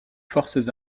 forces